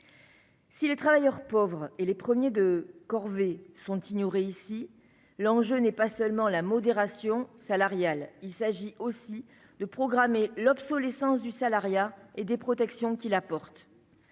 Si les travailleurs pauvres et les « premiers de corvée » sont ignorés ici, l'enjeu n'est pas seulement la modération salariale. Il s'agit aussi de programmer l'obsolescence du salariat et des protections qu'il apporte.